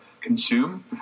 consume